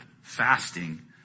fasting